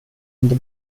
inte